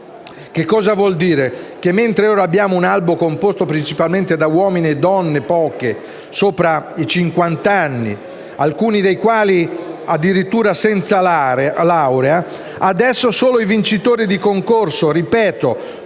Cosa vuol dire? Mentre ora abbiamo un albo composto principalmente da uomini e donne (poche) sopra i cinquant’anni, alcuni dei quali addirittura senza laurea, d’ora in poi solo i vincitori di concorso con